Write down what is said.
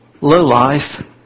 lowlife